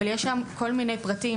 אבל יש שם כל מיני פרטים,